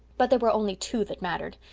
but there were only two that mattered.